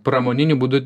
pramoniniu būdu